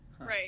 Right